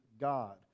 God